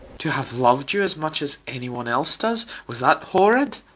to have loved you as much as anyone else does? was that horrid?